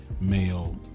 male